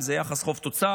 אם זה יחס חוב תוצר,